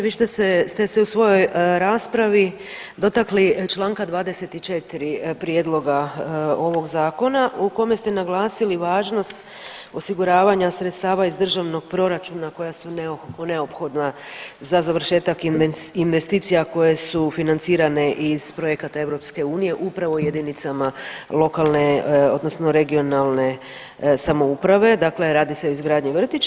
Vi ste se u svojoj raspravi dotakli čl. 24. prijedloga ovog zakona u kome ste naglasili važnost osiguravanja sredstava iz državnog proračuna koja su neophodna za završetak investicija koje su financirane iz projekata EU upravo u jedinicama lokalne odnosno regionalne samouprave, dakle radi se o izgradnji vrtića.